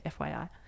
FYI